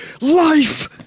life